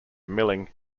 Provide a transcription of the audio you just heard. milling